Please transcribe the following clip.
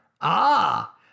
Ah